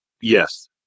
Yes